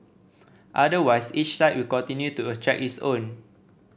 otherwise each site will continue to attract its own